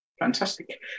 Fantastic